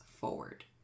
forward